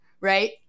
right